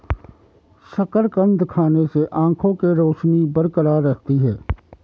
शकरकंद खाने से आंखों के रोशनी बरकरार रहती है